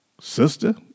sister